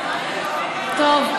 הסיפור,